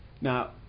now